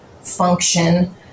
function